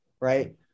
right